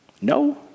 No